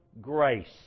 grace